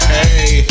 Hey